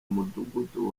mudugudu